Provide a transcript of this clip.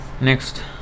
Next